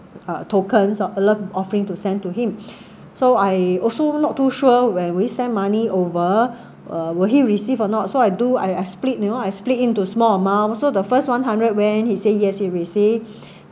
uh tokens or alert offering to send to him so I also not too sure when we send money over uh will he received or not so I do I I split you know I split into small amount so the first one hundred when he said yes he received